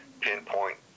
pinpoint